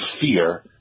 fear